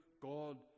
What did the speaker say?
God